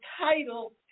title